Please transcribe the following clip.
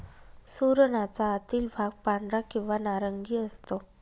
सुरणाचा आतील भाग पांढरा किंवा नारंगी असतो